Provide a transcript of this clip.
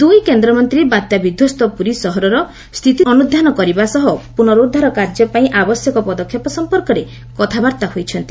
ଦୁଇ କେନ୍ଦ୍ରମନ୍ତ୍ରୀ ପୁରୀ ସହରର ସ୍ଥିତି ଅନୁ୍୍ଷ୍ୟାନ କରିବା ସହ ପୁନରୁଦ୍ଧାର କାର୍ଯ୍ୟ ପାଇଁ ଆବଶ୍ୟକ ପଦକ୍ଷେପ ସମ୍ପର୍କରେ କଥାବାର୍ତ୍ତା ହୋଇଛନ୍ତି